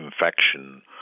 infection